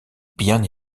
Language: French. bien